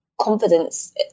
confidence